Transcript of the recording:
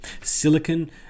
silicon